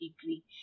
degree